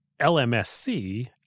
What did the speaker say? LMSC